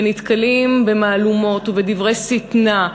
ונתקלים במהלומות ובדברי שטנה,